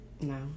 No